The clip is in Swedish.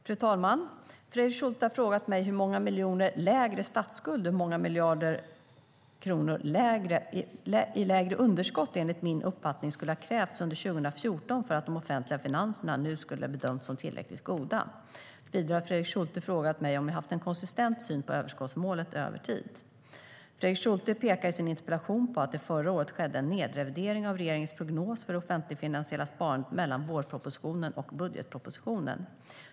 Fru talman! Fredrik Schulte har frågat mig hur många miljarder kronor i lägre statsskuld och hur många miljarder kronor i lägre underskott det enligt min uppfattning skulle ha krävts under 2014 för att de offentliga finanserna nu skulle ha bedömts som tillräckligt goda. Vidare har Fredrik Schulte frågat mig om jag haft en konsistent syn på överskottsmålet över tid. Fredrik Schulte pekar i sin interpellation på att det förra året skedde en nedrevidering av regeringens prognos för det offentlig-finansiella sparandet mellan vårpropositionen och budgetpropositionen.